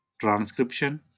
transcription